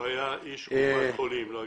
הוא היה איש קופת חולים.